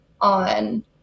on